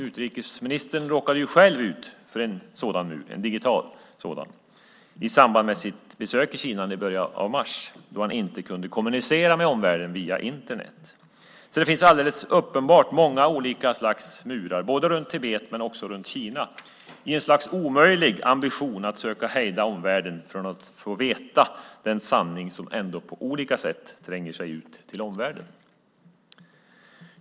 Utrikesministern råkade ju själv ut för en sådan mur, en digital sådan, i samband med sitt besök i Kina i början av mars då han inte kunde kommunicera med omvärlden via Internet. Det finns alldeles uppenbart många olika slags murar både runt Tibet och runt Kina i ett slags omöjlig ambition att försöka hejda omvärlden från att få veta den sanning som ändå på olika sätt tränger sig ut till omvärlden.